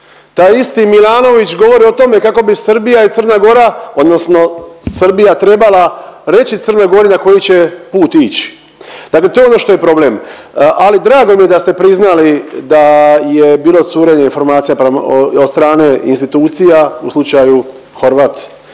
taj isti Milanović govori o tome kako bi Srbija i Crna Gora odnosno Srbija trebala reći Crnoj Gori na koji će put ići, dakle to je ono što je problem. Ali drago mi je da ste priznali da je bilo curenja informacija od strane institucija u slučaju Horvat